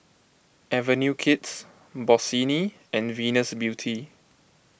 Avenue Kids Bossini and Venus Beauty